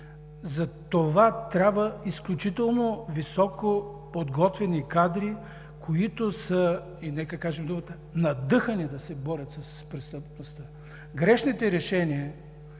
затова трябва изключително високо подготвени кадри, които са, нека кажем думата – надъхани, да се борят с престъпността. Грешните решения